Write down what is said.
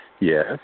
Yes